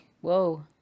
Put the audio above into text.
Whoa